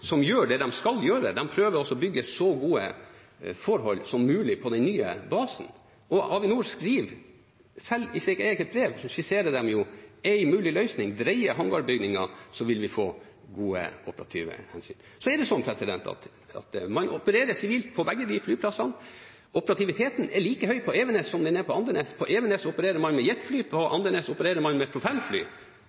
skal gjøre; de prøver å bygge så gode forhold som mulig på den nye basen. Avinor skisserer selv i sitt eget brev en mulig løsning: Drei hangarbygningen, så vil vi få gode operative hensyn. Man opererer sivilt på begge de flyplassene. Operativiteten er like høy på Evenes som den er på Andenes. På Evenes opererer man med jetfly, på Andenes opererer man med